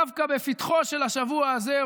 דווקא בפתחו של השבוע הזה,